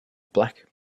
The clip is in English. black